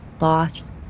loss